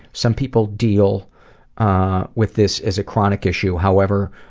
some people deal ah with this as a chronic issue, however.